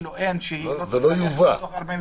ואפילו אין שהיא צריכה --- תוך 48 --- לא,